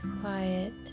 quiet